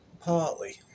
partly